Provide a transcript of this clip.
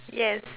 yes